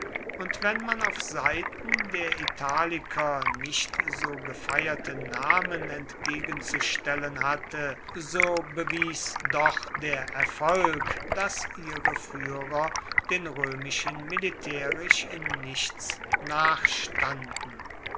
und wenn man auf seiten der italiker nicht so gefeierte namen entgegenzustellen hatte so bewies doch der erfolg daß ihre führer den römischen militärisch in nichts